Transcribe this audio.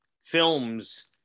films